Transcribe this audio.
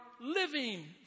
living